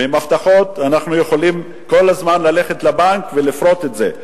ועם הבטחות אנחנו יכולים כל הזמן ללכת לבנק ולפרוט את זה.